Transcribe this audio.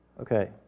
Okay